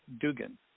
Dugan